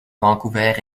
vancouver